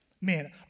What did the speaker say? Man